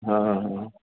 हा हा